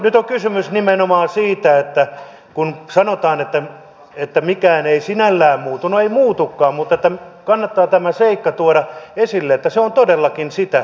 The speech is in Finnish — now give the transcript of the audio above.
nyt on kysymys nimenomaan siitä että kun sanotaan että mikään ei sinällään muutu niin ei muutukaan mutta kannattaa tämä seikka tuoda esille että se on todellakin sitä